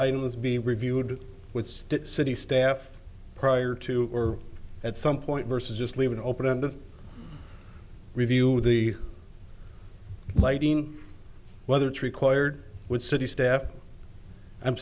items be reviewed with city staff prior to or at some point versus just leaving open to review the lighting whether it's required with city staff i'm